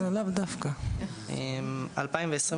לגבי 2021,